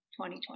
2020